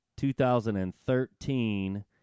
2013